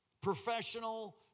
Professional